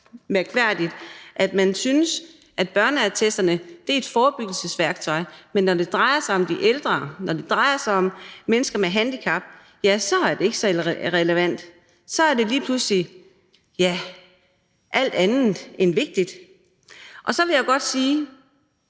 mærkværdigt, at man synes, at børneattesterne er et forebyggelsesværktøj, men når det drejer sig om de ældre, når det drejer sig om mennesker med handicap, er det ikke så relevant, ja, så er det lige pludselig alt andet end vigtigt. Så vil jeg godt sige